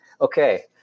okay